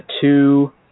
two